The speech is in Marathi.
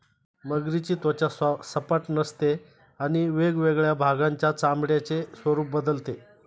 मगरीची त्वचा सपाट नसते आणि वेगवेगळ्या भागांच्या चामड्याचे स्वरूप बदलते